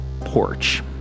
porch